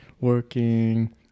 working